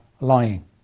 lying